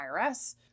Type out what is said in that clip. IRS